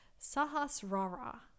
Sahasrara